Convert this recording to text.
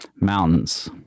Mountains